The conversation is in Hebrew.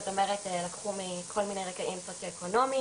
זאת אומרת מכל מיני רקעים סוציואקונומיים,